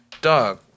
Dog